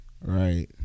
Right